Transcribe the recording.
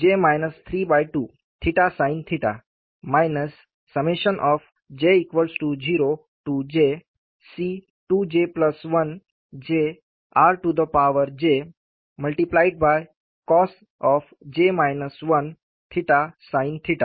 यह xy j0jC2jj 12rj 12cosj 32sin j0jC2j1jrjcosj 1sinsinjj